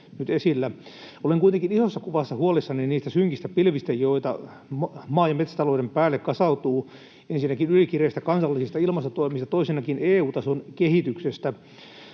Olen kuitenkin isossa kuvassa huolissani niistä synkistä pilvistä, joita maa‑ ja metsätalouden päälle kasautuu ensinnäkin ylikireistä kansallisista ilmastotoimista ja toisenakin EU-tason kehityksestä: